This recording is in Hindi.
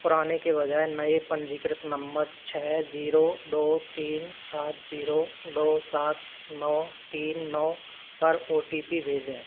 पुराने के बजाए नए पंजीकृत नंबर छ ज़ीरो दो तीन सात ज़ीरो दो सात नौ तीन नौ पर ओ टी पी भेजें